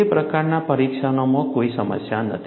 તે પ્રકારના પરીક્ષણોમાં કોઈ સમસ્યા નથી